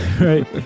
Right